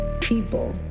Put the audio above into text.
People